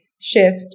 shift